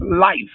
life